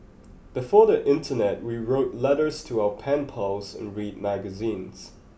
before the internet we wrote letters to our pen pals and read magazines